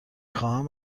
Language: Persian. خواهم